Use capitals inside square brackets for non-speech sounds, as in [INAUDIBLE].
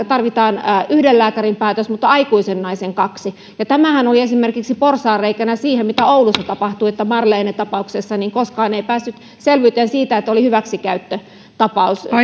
[UNINTELLIGIBLE] tarvitaan yhden lääkärin päätös mutta aikuisen naisen kaksi ja tämähän oli esimerkiksi porsaanreikänä siihen mitä oulussa tapahtui että marlene tapauksessa koskaan ei päästy selvyyteen siitä että oli hyväksikäyttötapaus